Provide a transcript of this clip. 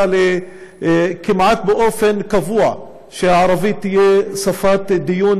לכך שכמעט באופן קבוע הערבית תהיה שפת דיון